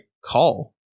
call